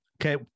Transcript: Okay